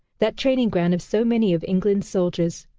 that training ground of so many of england's soldiers.